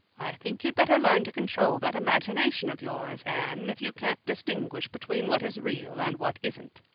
i think you'd better learn to control that imagination of yours, anne, if you can't distinguish between what is real and what isn't,